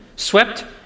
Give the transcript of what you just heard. swept